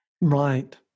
Right